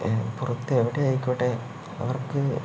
പുറത്തെവിടെ ആയിക്കോട്ടെ അവർക്ക്